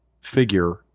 figure